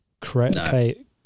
create